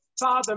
Father